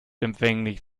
empfänglich